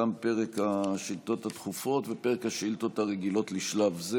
תם פרק השאילתות הדחופות ופרק השאילתות הרגילות לשלב זה.